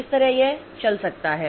इस तरह यह चल सकता है